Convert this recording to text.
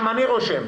גם אני רושם.